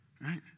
right